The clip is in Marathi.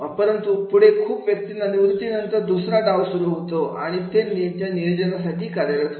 परंतु खूप व्यक्तींचा निवृत्तीनंतर दुसरा डाव सुरू होतो आणि ते त्या नियोजनासाठी कार्यरत होतात